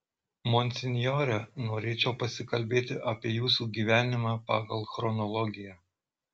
monsinjore norėčiau pasikalbėti apie jūsų gyvenimą pagal chronologiją